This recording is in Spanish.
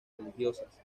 religiosas